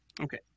Okay